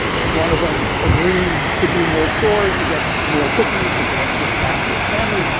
one of them agreed to do more chores to get more cookies, because you run a good capitalist family.